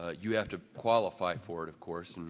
ah you have to qualify for it, of course,